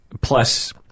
Plus